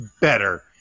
better